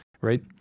right